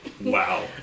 wow